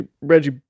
Reggie